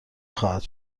خواهد